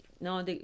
No